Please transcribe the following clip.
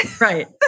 Right